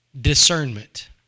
discernment